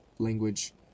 language